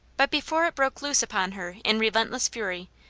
but before it broke loose upon her in relentless fury,